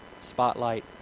Spotlight